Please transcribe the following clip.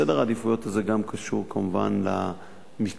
סדר העדיפויות הזה גם קשור כמובן למיקום